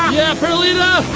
yeah, perlita!